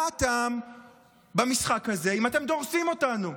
מה הטעם במשחק הזה אם אתם דורסים אותנו?